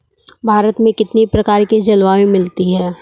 भारत में कितनी प्रकार की जलवायु मिलती है?